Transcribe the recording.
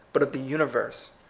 but of the universe.